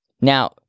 Now